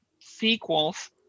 sequels